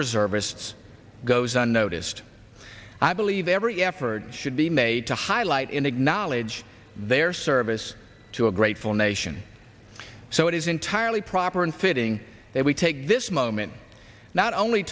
reservists goes unnoticed i believe every effort should be made to highlight in acknowledge their service to a grateful nation so it is entirely proper and fitting that we take this moment not only